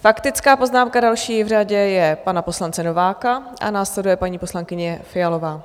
Faktická poznámka, další v řadě, je pana poslance Nováka a následuje paní poslankyně Fialová.